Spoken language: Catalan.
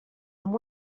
amb